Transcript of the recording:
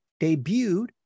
debuted